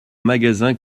magasin